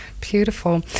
beautiful